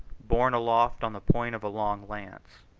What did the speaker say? borne aloft on the point of a long lance.